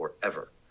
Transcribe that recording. forever